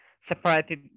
separated